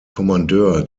kommandeur